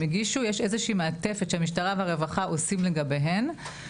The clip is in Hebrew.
הגישו יש איזושהי מעטפת שהמשטרה והרווחה עושים לגביהן.